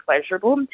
pleasurable